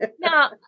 Now